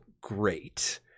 great